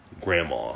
grandma